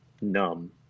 numb